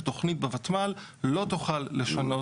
שתוכנית בותמ"ל לא תוכל לשנות.